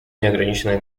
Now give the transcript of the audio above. неограниченное